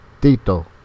Tito